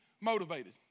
motivated